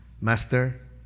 Master